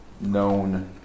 known